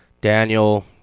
Daniel